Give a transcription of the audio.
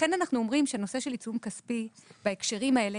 לכן אנחנו אומרים שנושא של עיצום כספי בהקשרים האלה